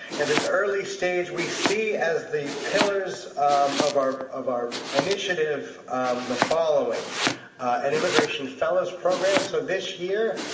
at this early stage, we see as the pillars of our of our initiative the following an immigration fellows program. so this year,